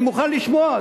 אני מוכן לשמוע,